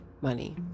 money